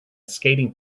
skating